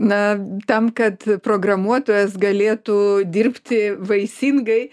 na tam kad programuotojas galėtų dirbti vaisingai